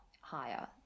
higher